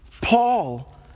Paul